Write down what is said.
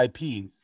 IP